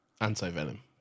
anti-venom